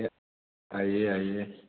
आईए आईए